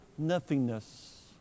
nothingness